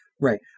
Right